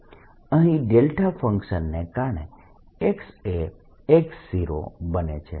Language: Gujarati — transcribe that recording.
અહીં ફંક્શનને કારણે x એ x0 બને છે